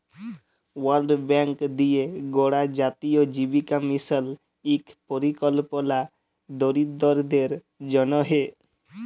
world bank দিঁয়ে গড়া জাতীয় জীবিকা মিশল ইক পরিকল্পলা দরিদ্দরদের জ্যনহে